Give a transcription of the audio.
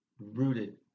rooted